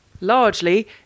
largely